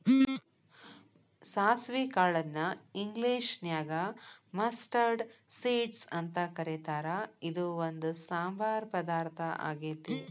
ಸಾಸವಿ ಕಾಳನ್ನ ಇಂಗ್ಲೇಷನ್ಯಾಗ ಮಸ್ಟರ್ಡ್ ಸೇಡ್ಸ್ ಅಂತ ಕರೇತಾರ, ಇದು ಒಂದ್ ಸಾಂಬಾರ್ ಪದಾರ್ಥ ಆಗೇತಿ